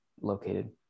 located